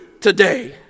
today